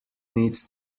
needs